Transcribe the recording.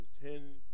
ten